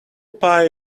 pie